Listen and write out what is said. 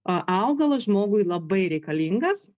augalas žmogui labai reikalingas